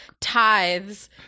tithes